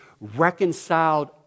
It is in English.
reconciled